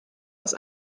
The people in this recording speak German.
aus